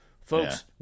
Folks